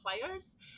players